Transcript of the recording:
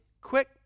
quick